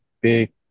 big